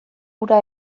hura